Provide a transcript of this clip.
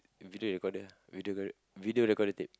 video recorder ah video re~ video recorder tape